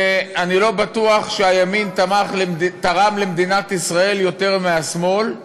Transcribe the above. אני לא בטוח שהימין תרם למדינת ישראל יותר מהשמאל.